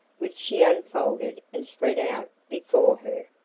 which she unfolded and spread out before her.